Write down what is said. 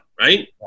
right